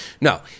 No